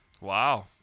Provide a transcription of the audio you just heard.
Wow